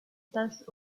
tache